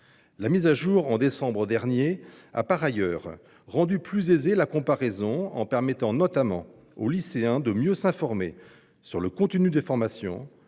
La mise à jour de décembre dernier a par ailleurs rendu plus aisée la comparaison entre les offres, en permettant notamment aux lycéens de mieux s’informer sur le contenu des formations,